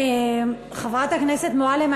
חברת הכנסת מועלם,